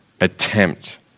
attempt